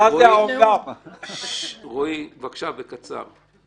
רועי בבקשה, בקצר.